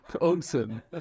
Awesome